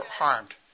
harmed